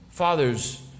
fathers